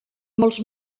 molts